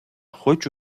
хочу